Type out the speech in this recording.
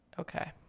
Okay